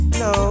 no